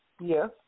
Yes